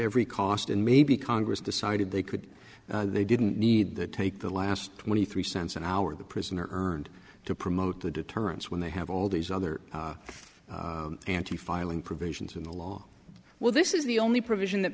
every cost and maybe congress decided they could they didn't need to take the last twenty three cents an hour the prisoner earned to promote the deterrence when they have all these other anti filing provisions in the law well this is the only provision that